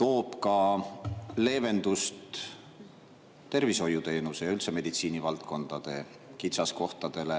toob ka leevendust tervishoiuteenuse ja üldse meditsiinivaldkondade kitsaskohtadele,